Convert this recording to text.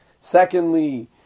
Secondly